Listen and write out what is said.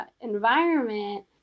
environment